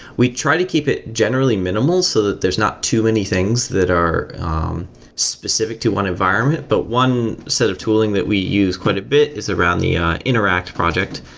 we try to keep it generally minimal so that there's not too many things that are specific to one environment, but one set of tooling that we use quite a bit is around the interact project.